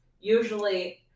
usually